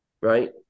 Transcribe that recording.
right